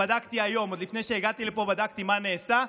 בדקתי היום, עוד לפני שהגעתי היום, בדקתי מה נעשה.